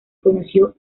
conoció